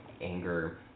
anger